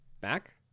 back